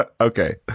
Okay